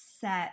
set